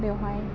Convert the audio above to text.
बेवहाय